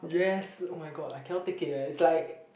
yes oh-my-god I cannot take it eh it's like